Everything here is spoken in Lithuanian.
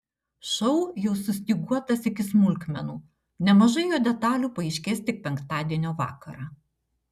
šou jau sustyguotas iki smulkmenų nemažai jo detalių paaiškės tik penktadienio vakarą